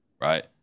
right